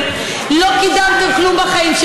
34 בעד, אפס מתנגדים.